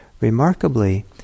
Remarkably